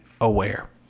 aware